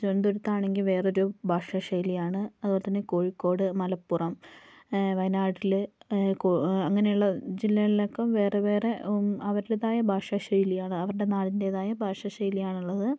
തിരുവനന്തപുരത്താണെങ്കിൽ വേറൊരു ഭാഷാ ശൈലിയാണ് അതുപോലെ തന്നെ കോഴിക്കോട് മലപ്പുറം വയനാട്ടിൽ കൊ അങ്ങനെയുള്ള ജില്ലകളിലൊക്കെ വേറെ വേറെ അവരുടേതായ ഭാഷാ ശൈലിയാണ് അവരുടെ നാടിൻറ്റേതായ ഭാഷാ ശൈലിയാണുള്ളത്